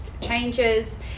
changes